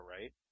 right